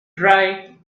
try